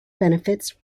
benefits